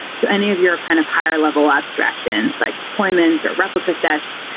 so any of your kind of higher level abstractions, like deployments or replica sets,